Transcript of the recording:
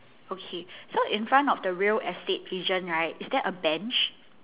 okay so in front of the real estate agent right is there a bench